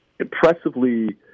impressively